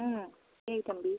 ம் சரி தம்பி